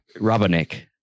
rubberneck